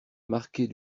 marquer